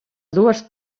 dues